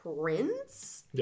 prince